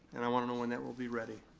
and i want to know when that will be ready.